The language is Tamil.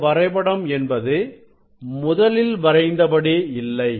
இந்த வரைபடம் என்பது முதலில் வரைந்த படி இல்லை